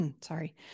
sorry